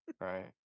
right